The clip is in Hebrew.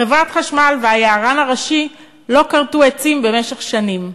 חברת החשמל והיערן הראשי לא כרתו עצים במשך שנים.